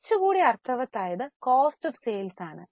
കുറച്ചു കൂടി അര്ഥവത്തായത് കോസ്റ്റ് ഓഫ് സെയിൽസ് ആണ്